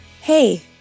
Hey